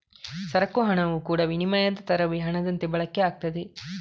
ಸರಕು ಹಣವು ಕೂಡಾ ವಿನಿಮಯದ ತರವೇ ಹಣದಂತೆ ಬಳಕೆ ಆಗ್ತದೆ